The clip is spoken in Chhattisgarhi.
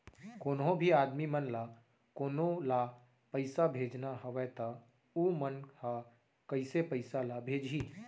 कोन्हों भी आदमी मन ला कोनो ला पइसा भेजना हवय त उ मन ह कइसे पइसा ला भेजही?